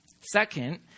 second